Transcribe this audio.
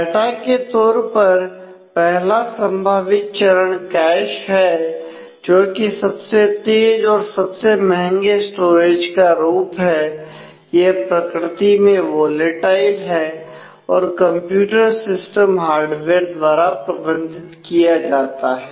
data के तौर पर पहला संभावित चरण कैश द्वारा प्रबंधित किया जाता है